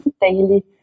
daily